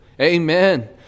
Amen